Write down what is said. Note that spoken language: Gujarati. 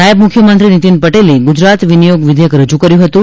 નાયબ મુખ્યમંત્રી નિતીન પટેલે ગ્રજરાત વિનિયોગ વિધેયક રજૂ કર્યું હતું